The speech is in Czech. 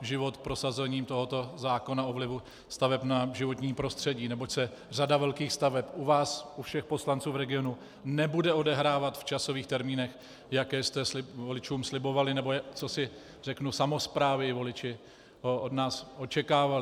život prosazením tohoto zákona o vlivu staveb na životní prostředí, neboť se řada velkých staveb u vás, u všech poslanců v regionu, nebude odehrávat v časových termínech, jaké jste voličům slibovali nebo co voliči od nás očekávali.